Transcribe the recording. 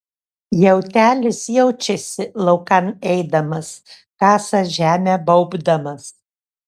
jautelis jaučiasi laukan eidamas kasa žemę baubdamas